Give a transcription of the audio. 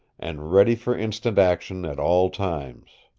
and ready for instant action at all times.